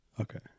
Okay